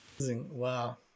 Wow